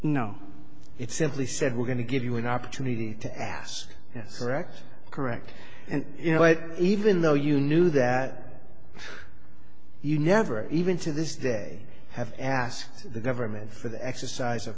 no it simply said we're going to give you an opportunity to ask yes correct correct and you know what even though you knew that you never even to this day have asked the government for the exercise